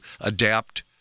adapt